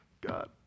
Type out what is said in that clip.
God